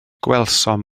gwelsom